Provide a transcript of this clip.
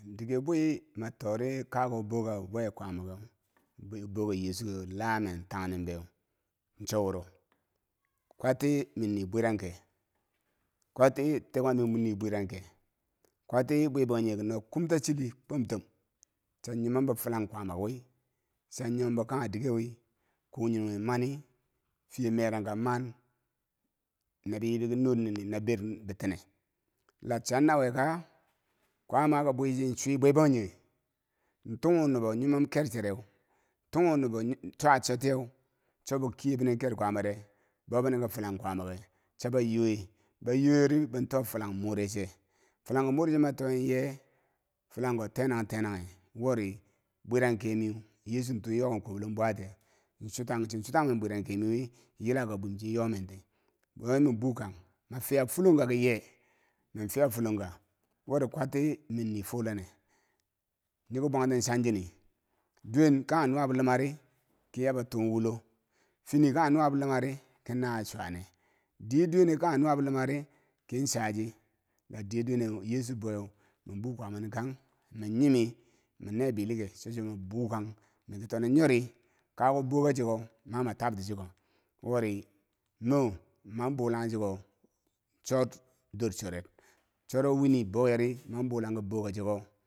Dii ge bwi matori kakok boka bibwe kwaama kew bokah yeechu la mentang numbeu in choworo kwatti minni bwiranke kwatti takwame minni bwiranke, kwatti bwe bangjighe kino komtachijile kwomtom chiin nyimon bo filang kwaama wii chen nyombo kanghe a diker we kwo nyinoghe mani fiye maranka man mabiya nurna bira bitene la chanawe kaa kwama ki bwichi chwe bwe bangjighe in tonghu nubo nyimom kerche reu tonghu nubo chwa chotiyeu chobo kiye binen ker kwaamare bobinang kefilang kwaama ke whe bobo nyowe bo nyowen rebon to filang moreche filang ko more che matoa nyeh? filang ko tenang tenaghe wori bwiran ke miu yeechu too yoken kwoblom bwatiye chitang chichitang men bwiran karmawe yilakabum cho yomenti wahen men bukang me fiya fullongka ki yee mninfiya fullonka whori kwatti menni fulenne nyeki bwangten chantini du wen kanghe nuwabo lumari, kiyabo tunwolo fini kanghe nuwabo lumar kin nawe chwane diye duweneu kanghe nuwabo lumari kin chaji la diyi duwe yeechu bou weu men bu kwaama ning kang min nyi mi min ne belinghe chocho men buu kang miki to no nyori kaku boka cheko mama tabtichiko wori mo man bunglaghe chugoh chot dur choren choro wini boweri man bulaghe ke boka cheko.